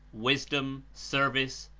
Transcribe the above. wisdom, service,